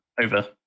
over